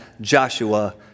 Joshua